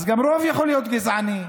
גם רוב יכול להיות גזעני.